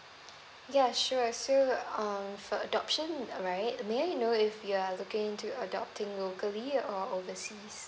ya sure so um for adoption right may I know if you're looking to adopting locally or overseas